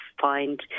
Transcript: find